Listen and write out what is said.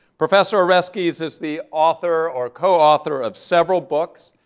professor oreskes is is the author or co-author of several books,